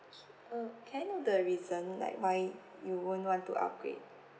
K uh can I know the reason like why you won't want to upgrade